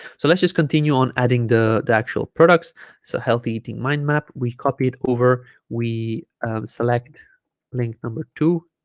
so let's just continue on adding the the actual products so healthy eating mind map we copy it over we select link number two